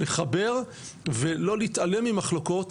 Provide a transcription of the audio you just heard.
לחבר ולא להתעלם ממחלוקות,